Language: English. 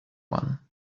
one